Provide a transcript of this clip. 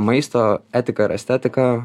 maisto etika ir estetika